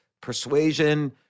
persuasion